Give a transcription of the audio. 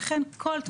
בלמ"ס כן מופיעים.